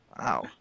Wow